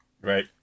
Right